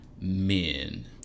men